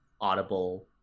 audible